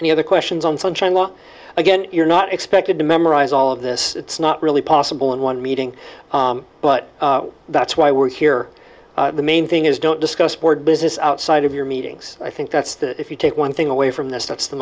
the other questions on sunshine law again you're not expected to memorize all of this it's not really possible in one meeting but that's why we're here the main thing is don't discuss board business outside of your meetings i think that's that if you take one thing away from this that's the